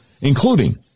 including